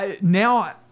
now